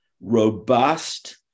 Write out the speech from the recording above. robust